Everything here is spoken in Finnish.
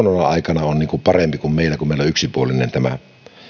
aikana on parempi kuin meillä kun meillä on yksipuolinen tämä työllisyys